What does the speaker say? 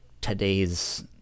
today's